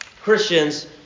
Christians